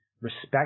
respect